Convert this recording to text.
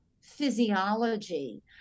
physiology